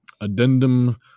Addendum